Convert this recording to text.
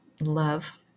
love